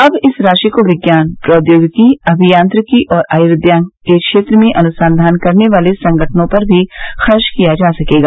अब इस राशि को विज्ञान प्रौद्योगिकी अभियांत्रिकी और आयुर्विज्ञान के क्षेत्र में अनुसंधान करने वाले संगठनों पर भी खर्च किया जा सकेगा